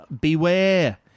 Beware